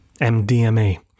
MDMA